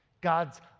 God's